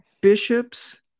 bishops